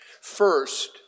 First